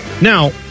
Now